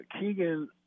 Keegan